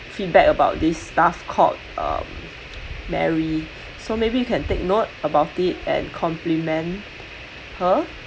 feedback about this staff called um mary so maybe you can take note about it and compliment her